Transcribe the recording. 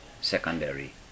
secondary